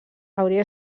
hauria